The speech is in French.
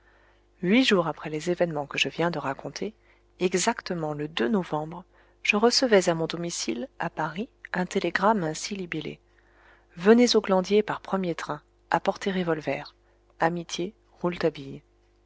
huit jours après les événements que je viens de raconter exactement le novembre je recevais à mon domicile à paris un télégramme ainsi libellé venez au glandier par premier train apportez revolvers amitiés